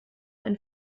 ein